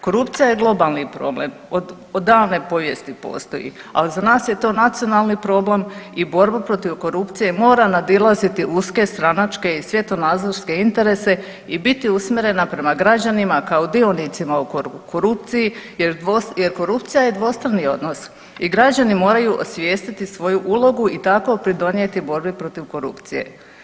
Korupcija je globalni problem od davne povijesti postoji, ali za nas je to nacionalni problem i borbu protiv korupcije mora nadilaziti uske stranačke i svjetonazorske interese i biti usmjerena prema građanima kao dionicima u korupciji jer korupcija je dvostrani odnos i građani moraju osvijestiti svoju ulogu i tako pridonijeti borbi protiv korupcije.